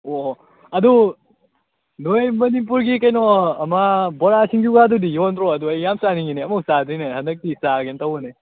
ꯑꯣꯑꯣ ꯑꯗꯨ ꯅꯣꯏ ꯃꯅꯤꯄꯨꯔꯒꯤ ꯀꯩꯅꯣ ꯑꯃ ꯕꯣꯔꯥ ꯁꯤꯡꯖꯨꯀꯥꯗꯨꯗꯤ ꯌꯣꯟꯗ꯭ꯔꯣ ꯑꯗꯨ ꯑꯩ ꯌꯥꯝ ꯆꯥꯅꯤꯡꯉꯤꯅꯦ ꯑꯃꯨꯛꯐꯧ ꯆꯥꯗ꯭ꯔꯤꯅꯦ ꯍꯟꯗꯛꯇꯤ ꯆꯥꯔꯒꯦꯅ ꯇꯧꯕꯅꯤ